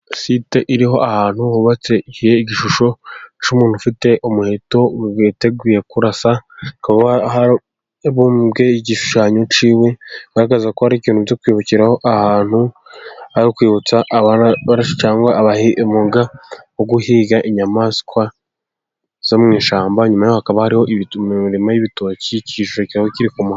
Site iriho ahantu hubatse igishusho cy'umuntu ufite umuheto witeguye kurasa, hababumbwe igishushanyo cyiwe kigaragaza ko ari ikintu cyo kwibukira ahantu, arikwibutsa cyangwa aba ari guhiga inyamaswa zo mu ishyamba, nyuma hakaba hariho ibirimo y'ibitokiciroba kikomoka.